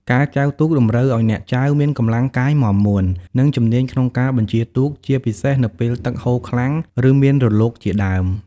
ការចែវទូកតម្រូវឲ្យអ្នកចែវមានកម្លាំងកាយមាំមួន និងជំនាញក្នុងការបញ្ជាទូក ជាពិសេសនៅពេលទឹកហូរខ្លាំង ឬមានរលកជាដើម។